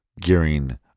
gearing